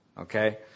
okay